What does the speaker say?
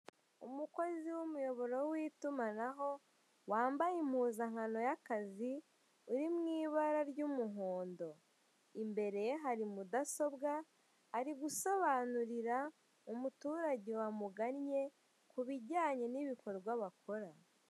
Umukozi w'umuyoboro w'itumanaho, wambaye impuzankano y'akazi uri mw'ibara ry'umuhondo. Imbere hari mudasobwa, ari gusobanurira umuturage wamugannye ku bijyanye n'ibikorwa bakora.